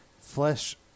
flesh